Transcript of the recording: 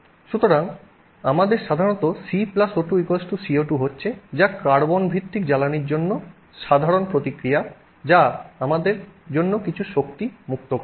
সুতরাং আমাদের সাধারণত C O2 → CO2 হচ্ছে যা কার্বন ভিত্তিক জ্বালানীর জন্য সাধারণ প্রতিক্রিয়া যা আমাদের জন্য কিছু শক্তি মুক্ত করে